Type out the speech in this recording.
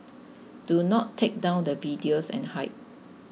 do not take down the videos and hide